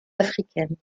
africaines